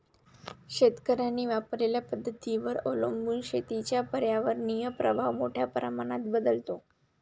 शेतकऱ्यांनी वापरलेल्या पद्धतींवर अवलंबून शेतीचा पर्यावरणीय प्रभाव मोठ्या प्रमाणात बदलतो